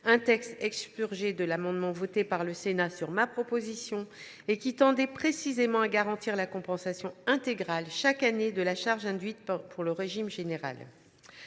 un texte expurgé de l’amendement voté par le Sénat sur ma proposition, et qui tendait précisément à garantir la compensation intégrale, chaque année, de la charge induite pour le régime général.